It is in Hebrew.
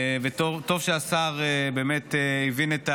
טוב שהשר הבין את האירוע,